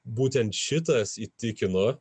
būtent šitas įtikino